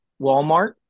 Walmart